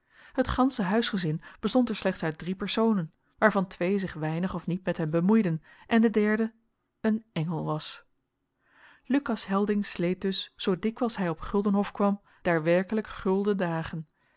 het gansche huisgezin bestond er slechts uit drie personen waarvan twee zich weinig of niet met hem bemoeiden en de derde een engel was lucas helding sleet dus zoo dikwijls hij op guldenhof kwam daar werkelijk gulden dagen